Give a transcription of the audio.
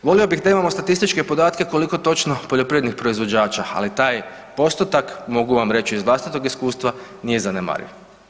Volio bih da imamo statističke podatke koliko točno poljoprivrednih proizvođača, ali taj postotak mogu vam reći iz vlastitog iskustva nije zanemariv.